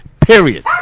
period